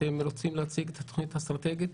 חבר הכנסת פינדרוס,